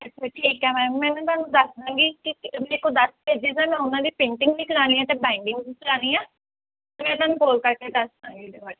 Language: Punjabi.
ਅੱਛਾ ਠੀਕ ਹੈ ਮੈਮ ਮੈਂ ਨਾ ਤੁਹਾਨੂੰ ਦੱਸ ਦਵਾਂਗੀ ਕਿ ਕਿ ਮੇਰੇ ਕੋਲ ਦਸ ਪੇਜਿਸ ਹੈ ਮੈਂ ਉਹਨਾਂ ਦੀ ਪ੍ਰਿੰਟਿੰਗ ਵੀ ਕਰਾਉਣੀ ਹੈ ਅਤੇ ਬਾਈਡਿੰਗ ਵੀ ਕਰਾਉਣੀ ਹੈ ਮੈਂ ਤੁਹਾਨੂੰ ਕੋਲ ਕਰਕੇ ਦੱਸ ਦਵਾਂਗੀ ਇਹਦੇ ਬਾਰੇ